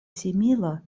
simila